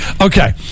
Okay